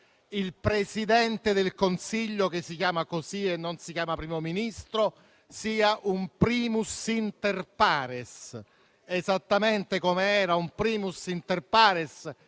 il Presidente del Consiglio (che si chiama così e non si chiama Primo Ministro) sia un *primus inter pares*, esattamente come era un *primus inter pares*